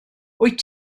wyt